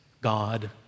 God